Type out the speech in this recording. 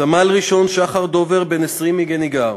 סמל-ראשון שחר דובר, בן 20, מגניגר,